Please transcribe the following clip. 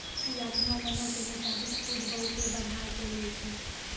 इ अपनो मनो के मुताबिक सूद बहुते बढ़ाय के लै छै